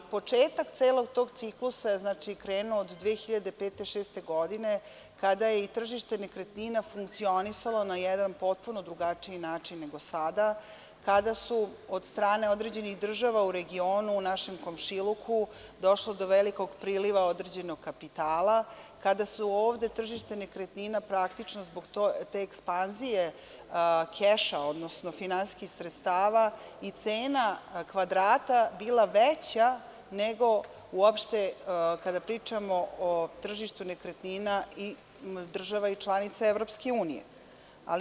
Početak celog tog ciklusa, znači, krenuo je od 2005, 2006. godine, kada je i tržište nekretnina funkcionisalo na jedan potpuno drugačiji način nego sada, kada je od strane određenih država u regionu u našem komšiluku došlo je do velikog priliva određenog kapitala, kada je ovde na tržištu nekretnina, praktično zbog te ekspanzije keša, odnosno finansijskih sredstava, i cena kvadrata bila veća nego uopšte kada pričamo o tržištu nekretnina i država i članica Evropske unije.